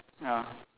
ah